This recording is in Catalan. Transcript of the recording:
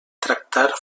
tractar